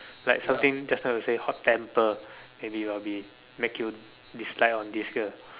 like something just now you say hot temper may be will be make you dislike on this girl